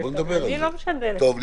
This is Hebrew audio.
רק המשפחה.